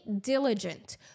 diligent